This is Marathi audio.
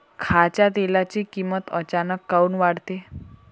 खाच्या तेलाची किमत अचानक काऊन वाढते?